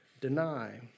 deny